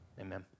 Amen